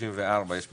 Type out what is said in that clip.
334 יש פער.